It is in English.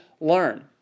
learn